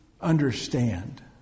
understand